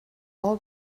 all